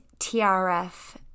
TRF